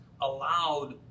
allowed